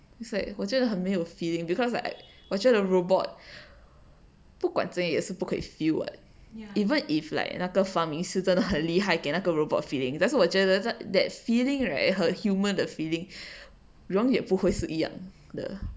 is like 我真的很没有 feeling because like 我觉得 robot 不管这样也不可以 feel [what] even if like 那个发明是真的很厉害给那个 robot feeling 但是我觉得在 that feeling right the human the feeling 永远不会不会是一样